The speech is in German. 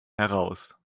heraus